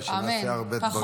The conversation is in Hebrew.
ושנעשה הרבה דברים טובים יחד.